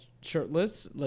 shirtless